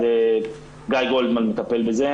אז גיא גולדמן מטפל בזה.